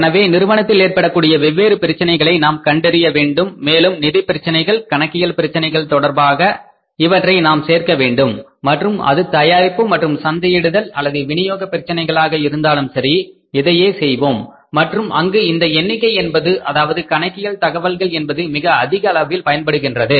எனவே நிறுவனத்தில் ஏற்படக்கூடிய வெவ்வேறு பிரச்சினைகளை நாம் கண்டறியவேண்டும் மேலும் நிதி பிரச்சினைகள் கணக்கியல் பிரச்சினைகள் தொடர்பாக இவற்றை நாம் சேர்க்க வேண்டும் மற்றும் அது தயாரிப்பு மற்றும் சந்தையிடுதல் அல்லது வினியோக பிரச்சனைகளாக இருந்தாலும் சரி இதையே செய்வோம் மற்றும் அங்கு இந்த எண்ணிக்கை என்பது அதாவது கணக்கில் தகவல்கள் என்பது மிக அதிக அளவில் பயன்படுகின்றது